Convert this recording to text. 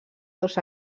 dos